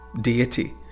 deity